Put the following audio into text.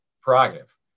prerogative